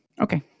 Okay